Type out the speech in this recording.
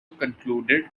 concluded